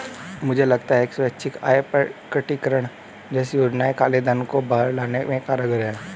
मुझे लगता है कि स्वैच्छिक आय प्रकटीकरण जैसी योजनाएं काले धन को बाहर लाने में कारगर हैं